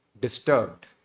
disturbed